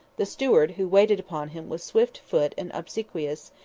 the steward who waited upon him was swift-footed and obsequious,